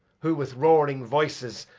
who, with roaring voices,